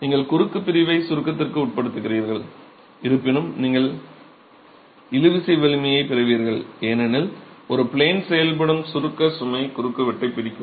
நீங்கள் குறுக்கு பிரிவை சுருக்கத்திற்கு உட்படுத்துகிறீர்கள் இருப்பினும் நீங்கள் இழுவிசை வலிமையைப் பெறுவீர்கள் ஏனெனில் ஒரு ப்ளேன் செயல்படும் சுருக்க சுமை குறுக்குவெட்டைப் பிரிக்கும்